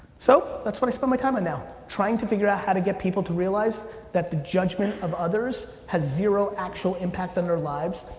so, that's what i spend my time right now trying to figure out how to get people to realize that the judgment of others has zero actual impact on their lives,